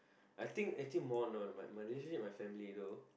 I think I think more no my my relationship with my family though